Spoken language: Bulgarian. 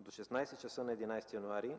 До 16,00 ч. на 11 януари